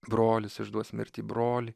brolis išduos mirti brolį